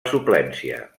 suplència